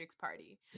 party